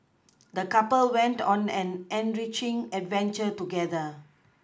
the couple went on an enriching adventure together